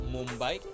Mumbai